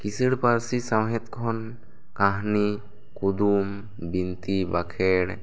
ᱠᱤᱥᱟᱹᱬ ᱯᱟᱹᱨ ᱥᱤ ᱥᱟᱶᱦᱮᱫ ᱠᱷᱚᱱ ᱠᱟᱹᱦᱟᱱᱤ ᱠᱩᱫᱩᱢ ᱵᱤᱱᱛᱤ ᱵᱟᱠᱷᱮᱲ